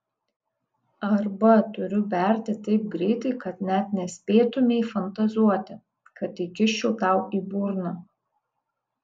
arba turiu berti taip greitai kad net nespėtumei fantazuoti kad įkiščiau tau į burną